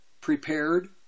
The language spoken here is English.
prepared